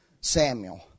Samuel